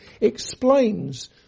explains